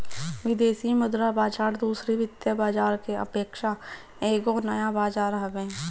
विदेशी मुद्रा बाजार दूसरी वित्तीय बाजार के अपेक्षा एगो नया बाजार हवे